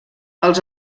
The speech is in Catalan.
els